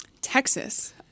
Texas